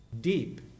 deep